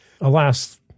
Alas